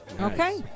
Okay